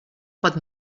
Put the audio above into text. pot